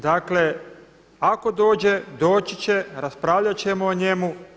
Dakle, ako dođe doći će, raspravljat ćemo o njemu.